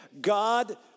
God